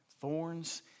thorns